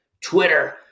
Twitter